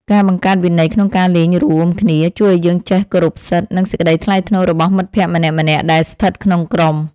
ការបង្កើតវិន័យក្នុងការលេងរួមគ្នាជួយឱ្យយើងចេះគោរពសិទ្ធិ និងសេចក្តីថ្លៃថ្នូររបស់មិត្តភក្តិម្នាក់ៗដែលស្ថិតក្នុងក្រុម។